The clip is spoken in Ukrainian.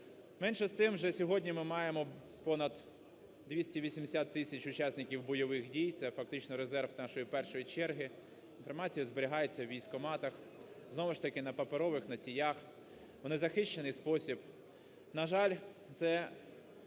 Менше з тим же сьогодні ми маємо понад 280 тисяч учасників бойових дій, це, фактично, резерв нашої першої черги. Інформація зберігається у військкоматах, знову ж таки, на паперових носіях, у незахищених спосіб. На жаль, це